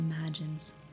imagines